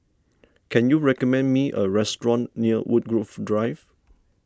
can you recommend me a restaurant near Woodgrove Drive